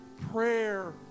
prayer